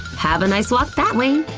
have a nice walk that way!